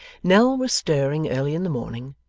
nell was stirring early in the morning,